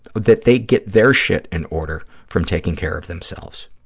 that they get their shit in order from taking care of themselves.